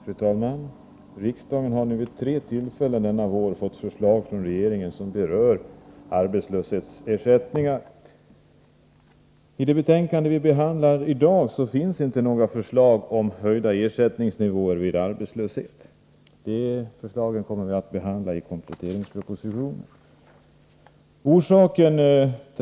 Fru talman! Riksdagen har vid tre tillfällen denna vår fått förslag från regeringen som berör arbetslöshetsersättningar. I det betänkande vi behandlar i dag finns inte med några förslag om höjda ersättningsnivåer vid arbetslöshet. De förslagen kommer vi att ta ställning till i samband med behandlingen av kompletteringspropositionen.